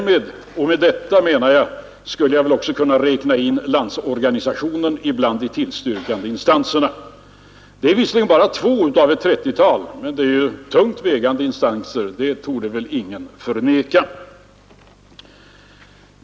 Med detta skulle jag också kunna räkna in Landsorganisationen bland de tillstyrkande instanserna. Det är visserligen bara två av ett 30-tal, men det är tungt vägande instanser, det torde ingen förneka.